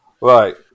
Right